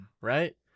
right